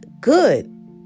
good